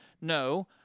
No